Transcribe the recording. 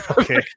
Okay